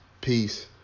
Peace